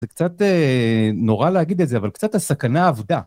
זה קצת נורא להגיד את זה, אבל קצת הסכנה עבדה.